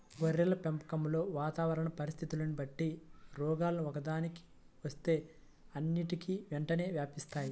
గొర్రెల పెంపకంలో వాతావరణ పరిస్థితులని బట్టి రోగాలు ఒక్కదానికి వస్తే అన్నిటికీ వెంటనే వ్యాపిస్తాయి